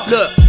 Look